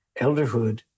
Elderhood